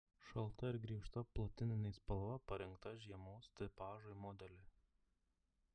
šalta ir griežta platininė spalva parinkta žiemos tipažui modeliui